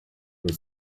her